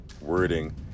wording